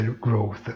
growth